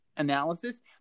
Analysis